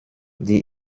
die